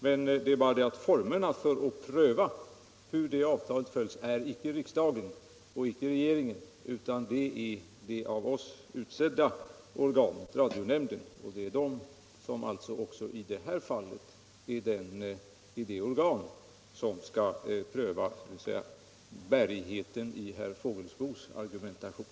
Men att pröva hur avtalet följs är inte riksdagens eller regeringens sak, utan det sker i ett av oss utsett organ, nämligen radionämnden. Också i det här fallet är det radionämnden som skall pröva bärigheten i herr Fågelsbos argumentation.